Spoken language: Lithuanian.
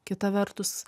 kita vertus